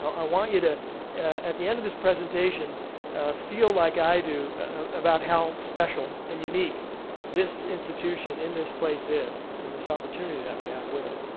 i want you to at the end of this presentation feel like i do about how special and unique this institution and this place is and this opportunity that we have with it.